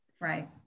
Right